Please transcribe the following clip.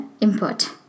input